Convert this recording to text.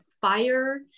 fire